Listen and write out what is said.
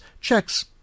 Checks